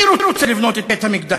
מי רוצה לבנות את בית-המקדש?